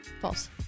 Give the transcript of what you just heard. False